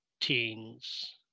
teens